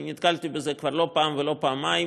אני נתקלתי בזה כבר לא פעם ולא פעמיים,